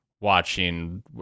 watching